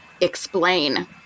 explain